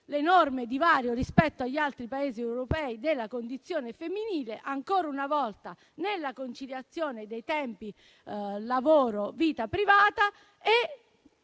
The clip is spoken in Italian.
l'enorme divario rispetto agli altri Paesi europei sulla condizione femminile, ancora una volta nella conciliazione dei tempi lavoro-vita privata e